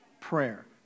Prayer